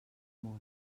molt